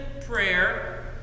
prayer